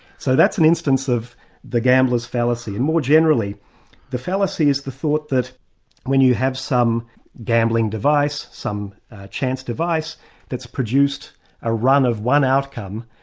so that's an instance of the gamblers' fallacy, and more generally the fallacy is the thought that when you have some gambling device, some chance device that's produced a run of one outcome,